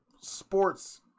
sports